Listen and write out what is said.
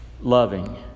loving